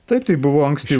taip tai buvo anksti